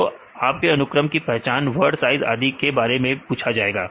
तो आपसे अनुक्रम की पहचानवर्ल्ड साइज आदि के बारे में पूछा जाएगा